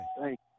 Thank